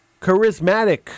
charismatic